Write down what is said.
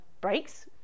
breaks